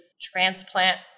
transplant